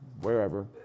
wherever